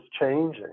changing